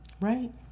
right